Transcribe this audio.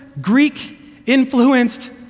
Greek-influenced